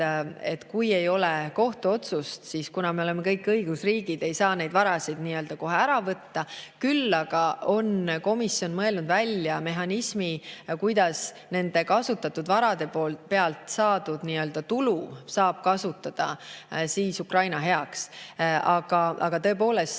et kui ei ole kohtuotsust, siis kuna me oleme kõik õigusriigid, ei saa neid varasid nii-öelda kohe ära võtta. Küll aga on komisjon mõelnud välja mehhanismi, kuidas nende kasutatud varade pealt saadud nii-öelda tulu saab kasutada Ukraina heaks. Seetõttu